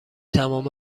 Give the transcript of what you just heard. تمام